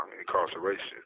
incarceration